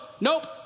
nope